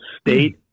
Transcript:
state